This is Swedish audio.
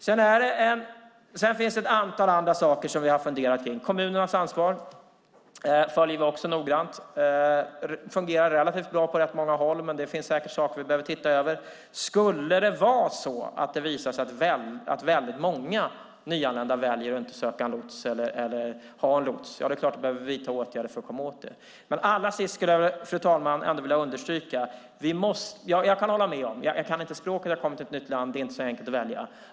Det finns ett antal andra saker som vi har funderat på. Vi följer också kommunernas ansvar noggrant. Det fungerar relativt bra på rätt många håll, men det finns säkert saker vi behöver titta över. Skulle det visa sig att väldigt många nyanlända väljer att inte ha en lots behöver vi vidta åtgärder för att komma åt det. Fru talman! Allra sist vill jag understryka en sak. Jag kan hålla med om att det inte är så enkelt att välja när man kommer till ett nytt land och inte kan språket.